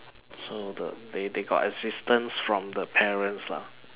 so the they they got assistance from the parents lah